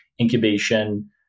incubation